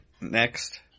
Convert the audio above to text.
next